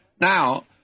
Now